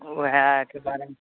वएहके बारेमे